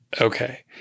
Okay